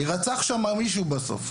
יירצח שם מישהו בסוף.